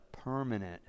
permanent